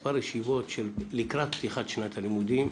מספר ישיבות של לקראת פתיחת שנת הלימודים.